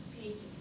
pages